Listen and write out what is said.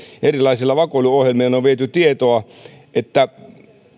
erilaisilla vakoiluohjelmilla on viety tietoa niin että